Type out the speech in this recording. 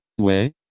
ouais